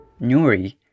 Nuri